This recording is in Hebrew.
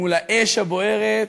מול האש הבוערת.